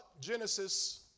Genesis